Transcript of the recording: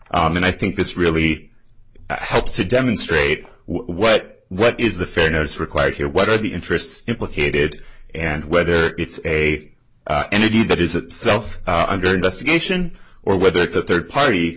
same and i think this really helps to demonstrate what what is the fairness required here what are the interests implicated and whether it's a and b that is a self under investigation or whether it's a third party